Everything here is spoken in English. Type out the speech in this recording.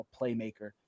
playmaker